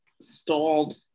stalled